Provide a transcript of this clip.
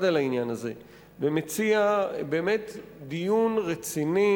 על העניין הזה ומציע באמת דיון רציני,